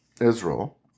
Israel